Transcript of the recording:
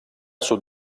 sud